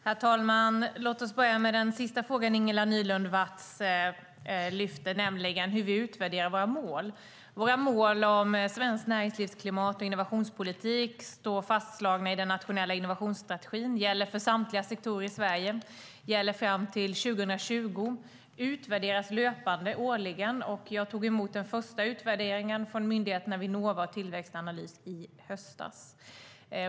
Herr talman! Låt oss börja med den sista fråga som Ingela Nylund Watz lyfter, nämligen hur vi utvärderar våra mål. Våra mål om svenskt näringslivsklimat och innovationspolitik står fastslagna i den nationella innovationsstrategin. De gäller för samtliga sektorer i Sverige. De gäller fram till 2020. De utvärderas löpande, årligen. Jag tog emot den första utvärderingen från myndigheterna Vinnova och Tillväxtanalys i höstas.